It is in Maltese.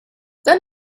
dan